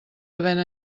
havent